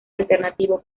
alternativo